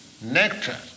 nectar